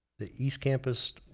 the east campus.